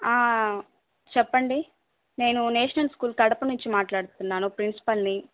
ఆ చెప్పండి నేను నేషనల్ స్కూల్ కడప నుంచి మాట్లాడుతున్నాను ప్రిన్సిపల్ని